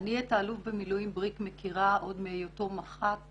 אני את האלוף במילואים בריק מכירה עוד מתקופתו כמח"ט,